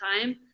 time